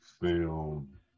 film